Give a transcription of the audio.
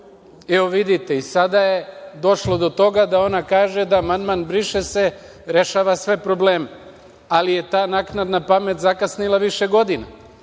se. Vidite, sada je došlo do toga da ona kaže da amandman briše se rešava sve probleme, ali je ta naknadna pamet zakasnila više godina,